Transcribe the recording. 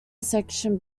section